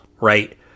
right